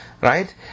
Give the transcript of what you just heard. Right